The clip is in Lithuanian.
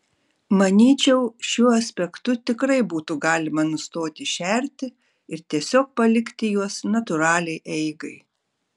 manyčiau šiuo aspektu tikrai būtų galima nustoti šerti ir tiesiog palikti juos natūraliai eigai